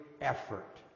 effort